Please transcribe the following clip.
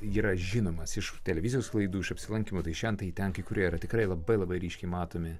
yra žinomas iš televizijos laidų iš apsilankymo tai šen tai ten kai kurie tikrai labai labai ryškiai matomi